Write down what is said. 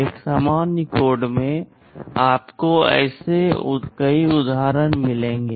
एक सामान्य कोड में आपको ऐसे कई उदाहरण मिलेंगे